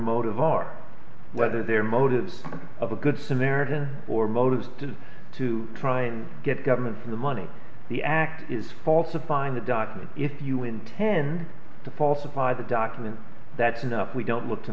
motives are whether their motives of a good samaritan or motives does is to try and get government from the money the act is falsifying the document if you intend to falsify the document that's enough we don't look to